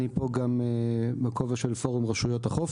אני פה גם בכובע של פורום רשויות החוף,